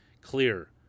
clear